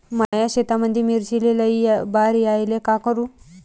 माया शेतामंदी मिर्चीले लई बार यायले का करू?